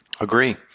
agree